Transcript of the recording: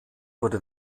wurde